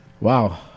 Wow